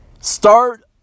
Start